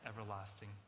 everlasting